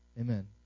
Amen